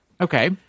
Okay